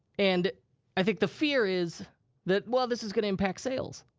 and i think the fear is that, well, this is gonna impact sales.